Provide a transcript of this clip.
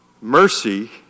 mercy